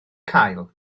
cael